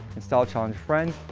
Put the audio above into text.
and style-challenged friends,